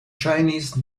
chinese